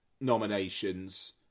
nominations